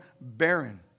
barren